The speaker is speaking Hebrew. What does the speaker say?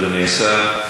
אדוני השר.